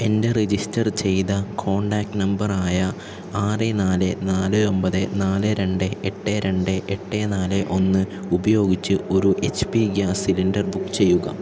എൻ്റെ രജിസ്റ്റർ ചെയ്ത contact number ആയ ആറ് നാല് നാല് ഒമ്പത് നാല് രണ്ട് എട്ട് രണ്ട് എട്ട് നാല് ഒന്ന് ഉപയോഗിച്ച് ഒരു H P gas cylinder book ചെയ്യുക